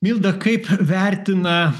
milda kaip vertina